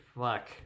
fuck